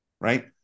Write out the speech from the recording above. right